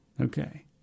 Okay